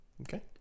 Okay